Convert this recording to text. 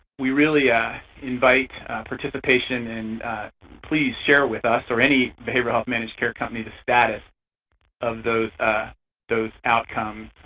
we really ah invite participation and please share with us, or any behavioral health managed care company, the status of those those outcomes